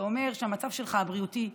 זה אומר שהמצב הבריאותי שלך,